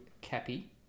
cappy